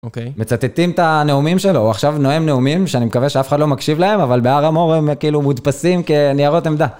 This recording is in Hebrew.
מצטטים את הנאומים שלו, עכשיו נואם נאומים שאני מקווה שאף אחד לא מקשיב להם, אבל בהר המור הם כאילו מודפסים כניירות עמדה.